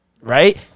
Right